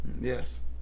yes